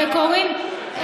וקוראים,